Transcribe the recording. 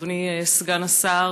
אדוני סגן השר,